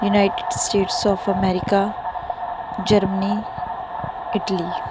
United States of America Germany Italy